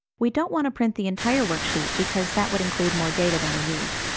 we don't want to print the entire worksheet, because that would include more data than we need.